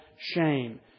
shame